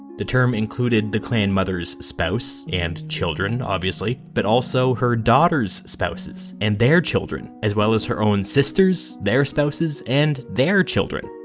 the term included the clan mother's spouse and children, obviously, but also her daughters' spouses, and their children, as well as her own sisters, their spouses, and their children.